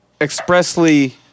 expressly